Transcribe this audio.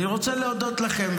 אני רוצה להודות לכם,